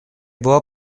была